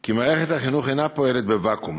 כי מערכת החינוך אינה פועלת בוואקום.